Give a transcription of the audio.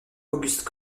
august